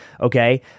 okay